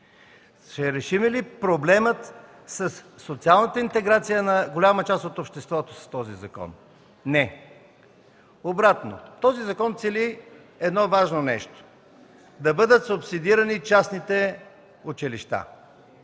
Ще решим ли проблема със социалната интеграция на голяма част от обществото с този закон? Не! Обратно, този закон цели едно важно нещо – да бъдат субсидирани частните училища.